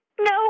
no